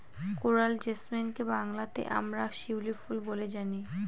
coral জেসমিনকে বাংলাতে আমরা শিউলি ফুল বলে জানি